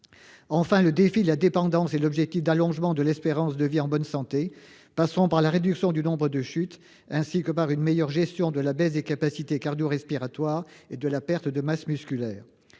Enfin, le défi de la dépendance et l'objectif d'allongement de l'espérance de vie en bonne santé passeront par la réduction du nombre de chutes, ainsi que par une meilleure gestion de la baisse des capacités cardio-respiratoires et de la perte de masse musculaire.